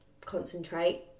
concentrate